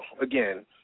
again